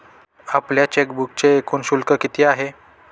आपल्या चेकबुकचे एकूण शुल्क किती आहे?